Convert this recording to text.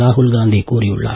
ராகுல் காந்தி கூறியுள்ளார்